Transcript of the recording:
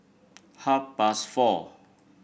half past four